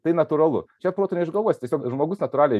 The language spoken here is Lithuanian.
tai natūralu čia protu neišgalvosi tiesiog žmogus natūraliai